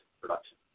production